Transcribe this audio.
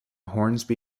hornsby